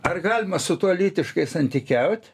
ar galima su tuo lytiškai santykiaut